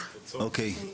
אוקיי.